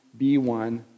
B1